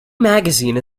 magazine